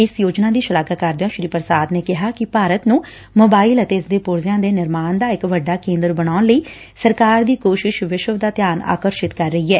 ਇਸ ਯੋਜਨਾ ਦੀ ਸ਼ਲਾਘਾ ਕਰਦਿਆਂ ਸ੍ਸੀ ਪ੍ਸਾਦ ਨੇ ਕਿਹਾ ਕਿ ਭਾਰਤ ਨੰ ਮੋਬਾਇਲ ਅਤੇ ਇਸ ਦੇ ਪੁਰਜ਼ਿਆਂ ਦੇ ਨਿਰਮਾਣ ਦਾ ਇਕ ਵੱਡਾ ਕੇਂਦਰ ਬਣਾਉਣ ਲਈ ਸਰਕਾਰ ਦੀ ਕੋਸ਼ਿਸ਼ ਵਿਸ਼ਵ ਦਾ ਧਿਆਨ ਆਕਰਸ਼ਿਤ ਕਰ ਰਹੀ ਐ